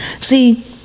See